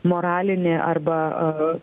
moralinį arba